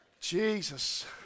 Jesus